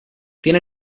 tiene